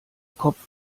kopf